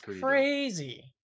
crazy